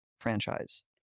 franchise